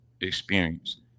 experience